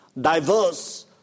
diverse